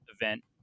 event